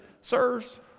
Sirs